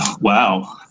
Wow